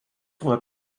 nuo